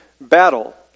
battle